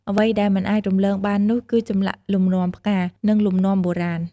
អ្វីដែលមិនអាចរំលងបាននោះ គឺចម្លាក់លំនាំផ្កា និងលំនាំបុរាណ។